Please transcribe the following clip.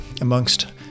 amongst